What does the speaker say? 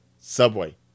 Subway